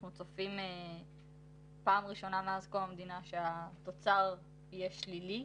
אנחנו צופים פעם ראשונה מאז קום המדינה שהתוצר יהיה שלילי,